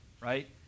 Right